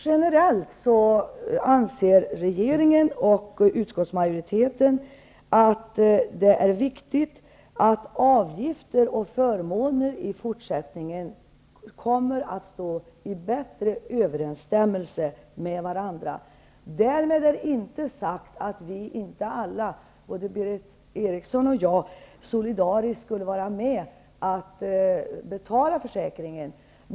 Generellt sett anser regeringen och utskottsmajoriteten att det är viktigt att avgifter och förmåner i fortsättningen kommer att stå i bättre överenstämmelse med varandra. Därmed är inte sagt att vi alla, både Berith Eriksson och jag, inte solidariskt skulle vara med att betala försäkringen.